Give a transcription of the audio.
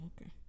Okay